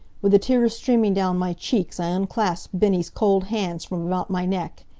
with the tears streaming down my cheeks i unclasped bennie's cold hands from about my neck.